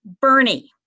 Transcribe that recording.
Bernie